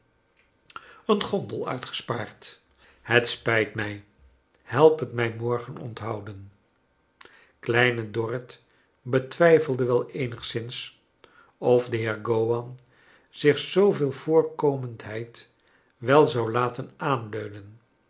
een gondel uitgespaard het spijt mij help het mij morgert onthouden kleine dorrit betwijfelde wel eenigs zins of de heer gowan zich zooveel voorkomendheid wel zou latea aanleunen